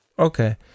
Okay